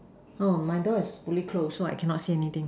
no my door is fully close so I cannot see anything